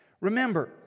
Remember